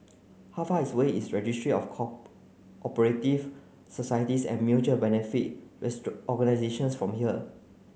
how far is way is Registry of operative Societies and Mutual Benefit Organisations from here